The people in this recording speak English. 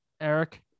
Eric